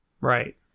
Right